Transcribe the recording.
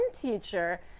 teacher